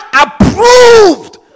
approved